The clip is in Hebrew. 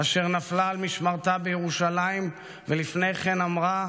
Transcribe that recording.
אשר נפלה על משמרתה בירושלים, לפני כן אמרה: